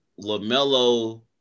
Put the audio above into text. LaMelo